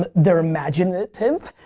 they're imaginative.